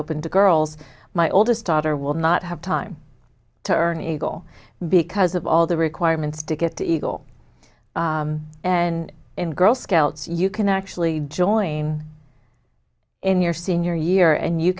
open to girls my oldest daughter will not have time to earn eagle because of all the requirements to get to eagle and in girl scouts you can actually join in your senior year and you